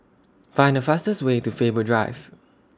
Find The fastest Way to Faber Drive